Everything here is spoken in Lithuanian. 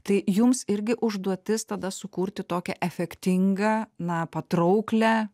tai jums irgi užduotis tada sukurti tokią efektingą na patrauklią